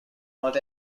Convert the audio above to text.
not